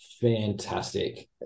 fantastic